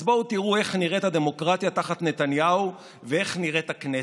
אז בואו תראו איך נראית הדמוקרטיה תחת נתניהו ואיך נראית הכנסת.